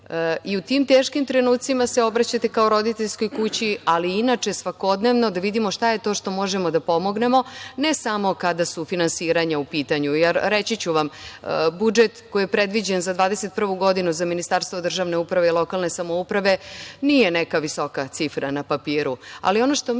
I u tim teškim trenucima se obraćate kao roditeljskoj kući, ali i inače svakodnevno, da vidimo šta je to što možemo da pomognemo, ne samo kada su finansiranja u pitanju. Jer, reći ću vam, budžet koji je predviđen za 2021. godinu za Ministarstvo državne uprave i lokalne samouprave nije neka visoka cifra na papiru,